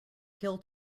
kill